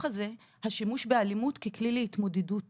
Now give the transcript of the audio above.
הזה הוא השימוש באלימות ככלי להתמודדות